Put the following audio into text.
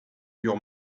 your